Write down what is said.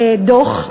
דוח.